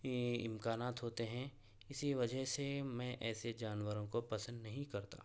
امکانات ہوتے ہیں اسی وجہ سے میں ایسے جانوروں کو پسند نہیں کرتا